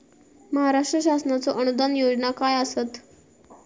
महाराष्ट्र शासनाचो अनुदान योजना काय आसत?